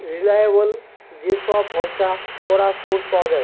reliable যে সব ভরসা করা সোর্স পাওয়া যায়